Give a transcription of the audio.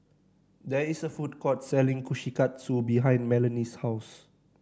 there is a food court selling Kushikatsu behind Melony's house